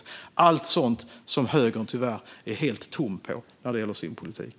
Men allt sådant är högern tyvärr helt tom på i sin politik.